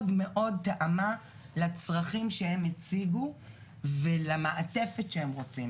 מאוד מאוד תאמה לצרכים שהם הציגו ולמעטפת שהם רוצים,